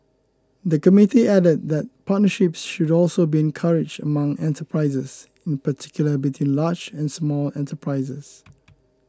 the committee added that partnerships should also be encouraged among enterprises in particular between large and small enterprises